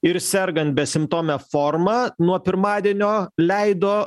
ir sergant besimptome forma nuo pirmadienio leido